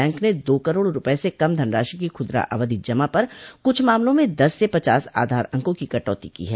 bank ने दो करोड़ रुपए से कम धनराशि की खुदरा अवधि जमा पर कुछ मामलों में दस से पचास आधार अंकों की कटौती की है